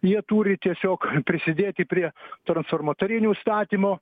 jie turi tiesiog prisidėti prie transformatorinių statymo